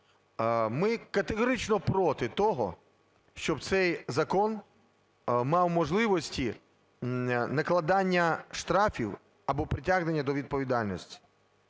Ми категорично проти того, щоб цей закон мав можливості накладання штрафів або притягнення до відповідальності,